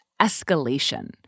escalation